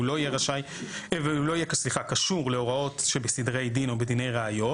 לא קשור להוראות שבסדרי דין או בדיני ראיות,